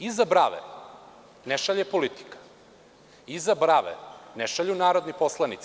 Iza brave ne šalje politika, iza brave ne šalju narodni poslanici.